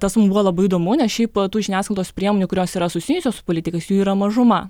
tas mum buvo labai įdomu nes šiaip tų žiniasklaidos priemonių kurios yra susijusios su politikais jų yra mažuma